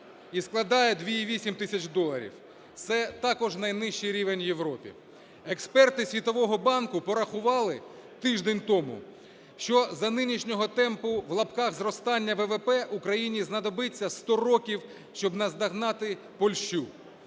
і складає 2,8 тисяч доларів, це також найнижчій рівень в Європі. Експерти Світового банку порахували тиждень тому, що за нинішнього "темпу" (в лапках) зростання ВВП Україні знадобиться сто років, щоб наздогнати Польщу.